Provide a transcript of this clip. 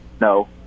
No